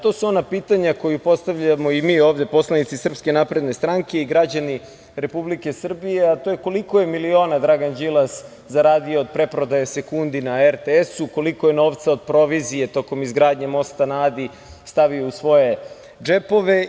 To su ona pitanja koja postavljamo i mi ovde, poslanici SNS, i građani Republike Srbije, a to je – koliko je miliona Dragan Đilas zaradio od pretprodaje sekundi na RTS, koliko je novca od provizije tokom izgradnje Mosta na Adi stavio u svoje džepove?